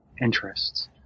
interests